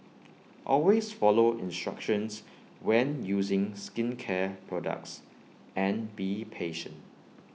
always follow instructions when using skincare products and be patient